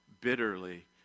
bitterly